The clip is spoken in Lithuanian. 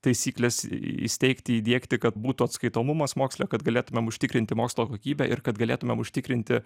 taisykles įsteigti įdiegti kad būtų atskaitomumas moksle kad galėtumėm užtikrinti mokslo kokybę ir kad galėtumėm užtikrinti